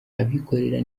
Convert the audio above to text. abikorera